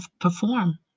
perform